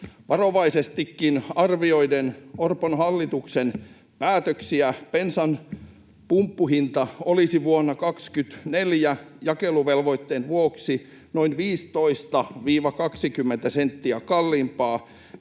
varovaisestikin arvioi Orpon hallituksen päätöksiä, bensan pumppuhinta olisi vuonna 24 jakeluvelvoitteen vuoksi noin 15—20 senttiä kalliimpi